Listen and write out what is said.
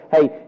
hey